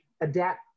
adapt